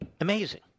Amazing